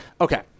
Okay